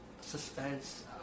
suspense